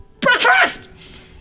Breakfast